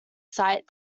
site